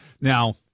Now